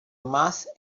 mass